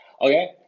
Okay